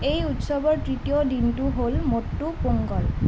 এই উৎসৱৰ তৃতীয় দিনটো হ'ল মট্টু পোঙ্গল